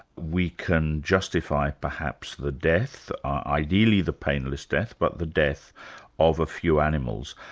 we can justify perhaps the death, ideally the painless death, but the death of a few animals.